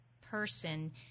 person